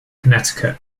connecticut